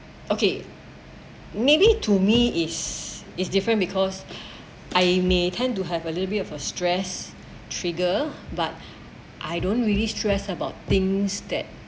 okay maybe to me is is different because I may tend to have a little bit of a stress trigger but I don't really stress about things that